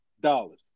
dollars